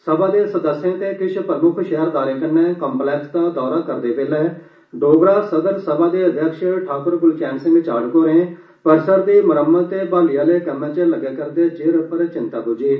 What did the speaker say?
सभा दे सदस्यें ते किश प्रम्क्ख शैहरदारें कन्नै काम्पलैक्स दा दौरा करदे बेल्लै ोगरा सदर सभा दे अध्यक्ष ठाक्र ग्लचैन सिंह चाढ़क होरें परिसर दे मरम्मत दे बहाली आले कम्मै च लग्गै करदे चिर पर चिंता बुज्झी ऐ